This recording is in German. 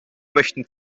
möchten